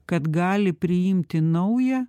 kad gali priimti naują